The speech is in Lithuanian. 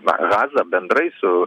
hazą bendrai su